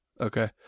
okay